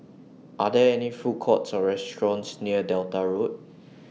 Are There any Food Courts Or restaurants near Delta Road